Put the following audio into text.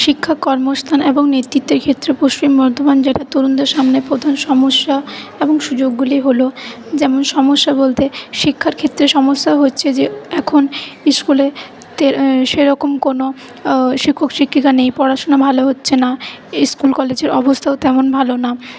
শিক্ষা কর্মস্থান এবং নেতৃত্বের ক্ষেত্রে পশ্চিম বর্ধমান জেলার তরুণদের সামনে প্রধান সমস্যা এবং সুযোগগুলি হল যেমন সমস্যা বলতে শিক্ষার ক্ষেত্রে সমস্যা হচ্ছে যে এখন স্কুলেতে সেরকম কোনো শিক্ষক শিক্ষিকা নেই পড়াশোনা ভালো হচ্ছে না স্কুল কলেজের অবস্থাও তেমন ভালো না